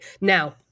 Now